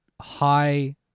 high